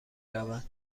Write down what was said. رود